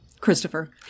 Christopher